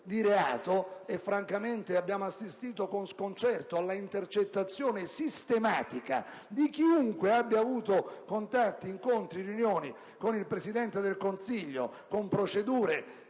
di reato - francamente abbiamo assistito con sconcerto all'intercettazione sistematica di chiunque abbia avuto contatti, incontri o riunioni con il Presidente del Consiglio, con procedure